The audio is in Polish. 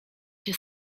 się